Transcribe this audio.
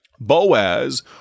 Boaz